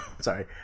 sorry